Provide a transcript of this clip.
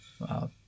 Wow